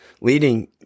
leading